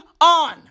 on